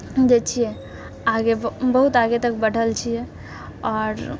जे छिए आगे बहुत आगेतक बढ़ल छिए आओर